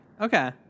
Okay